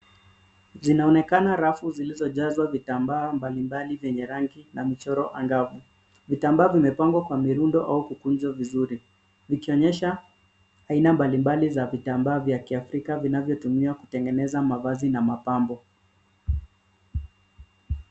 Zinaonekana rafu zilizojazwa vitambaa mbali mbali zenye rangi na michoro angavu. Vitamba vimepangwa kwa mirundo au vikunjo vizuri viki onyesha aina mbalimbali za vitambaa vya kiafrika vinavyotumiwa kutengeneza mavazi na mapambo.